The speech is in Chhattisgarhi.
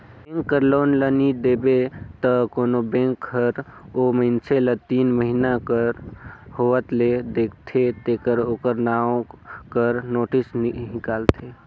बेंक कर लोन ल नी देबे त कोनो बेंक हर ओ मइनसे ल तीन महिना कर होवत ले देखथे तेकर ओकर नांव कर नोटिस हिंकालथे